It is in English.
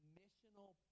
missional